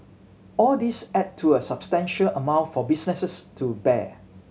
all these add to a substantial amount for businesses to bear